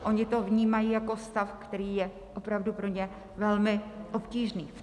Oni to vnímají jako stav, který je opravdu pro ně velmi obtížný.